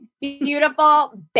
beautiful